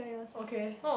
okay